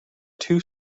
two